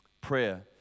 prayer